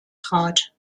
trat